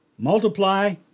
Multiply